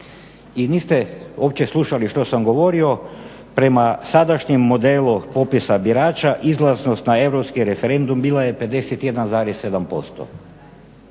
I niste uopće slušali što sam govorio. Prema sadašnjem modelu popisa birača izlaznost na europski referendum bila je 51,7%.